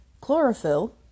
Chlorophyll